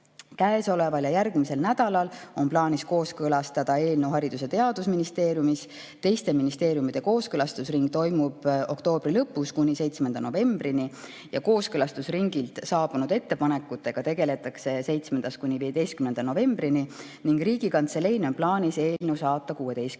Käesoleval ja järgmisel nädalal on plaanis kooskõlastada eelnõu Haridus- ja Teadusministeeriumis, teiste ministeeriumidega kooskõlastuse ring toimus oktoobri lõpust kuni 7. novembrini ja kooskõlastusringilt saabunud ettepanekutega oli kavas tegelda 7.–15. novembrini. Riigikantseleile oli plaanis eelnõu saata 16.